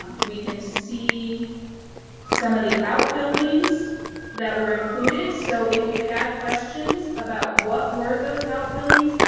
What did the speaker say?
we can see some of the outbuildings that were included. so if you had questions about what were those outbuildings,